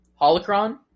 Holocron